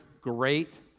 great